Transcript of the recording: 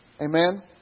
Amen